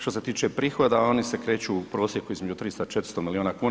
Što se tiče prihoda, oni se kreću u prosjeku između 300 i 400 milijuna kuna.